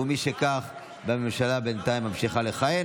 ומשכך הממשלה בינתיים ממשיכה לכהן.